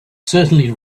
certainly